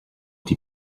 die